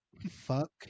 Fuck